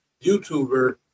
YouTuber